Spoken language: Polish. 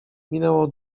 minęło